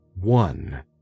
one